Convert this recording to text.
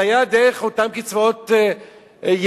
זה היה דרך אותן קצבאות ילדים,